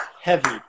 heavy